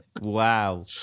wow